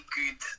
good